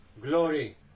Glory